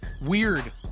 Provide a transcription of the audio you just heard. weird